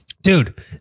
Dude